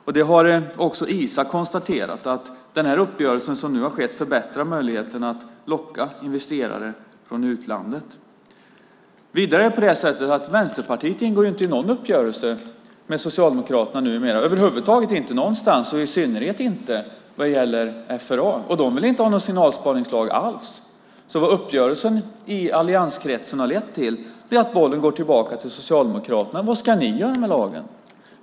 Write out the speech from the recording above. ISA har också konstaterat att den här uppgörelsen förbättrar möjligheten att locka investerare från utlandet. Vidare ingår Vänsterpartiet över huvud taget inte i någon uppgörelse med Socialdemokraterna, i synnerhet inte när det gäller FRA. De vill inte ha någon signalspaningslag alls. Vad uppgörelsen i allianskretsen har lett till är att bollen går tillbaka till Socialdemokraterna. Vad ska ni göra med lagen?